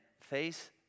face